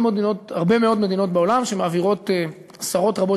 הרבה מאוד מדינות בעולם שמעבירות עשרות רבות